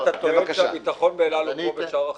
אתה טוען שהביטחון באל על הוא כמו בשאר החברות?